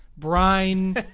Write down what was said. Brine